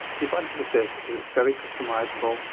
the advantage of this is it's very customisable,